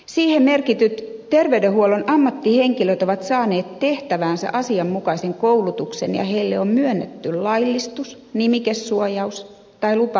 siihen merkityt terveydenhuollon ammattihenkilöt ovat saaneet tehtäväänsä asianmukaisen koulutuksen ja heille on myönnetty laillistus nimikesuojaus tai lupa ammatinharjoittamiseen